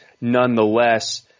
nonetheless